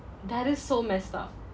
that is so messed up